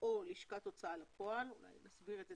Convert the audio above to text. או לשכת ההוצאה לפועל תכף נסביר את זה